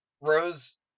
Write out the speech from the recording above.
Rose